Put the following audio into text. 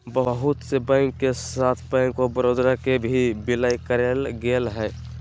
बहुत से बैंक के साथ बैंक आफ बडौदा के भी विलय करेल गेलय हें